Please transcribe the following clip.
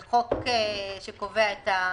זה חוק שקובע את המדיניות,